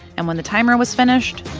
and when the timer was finished.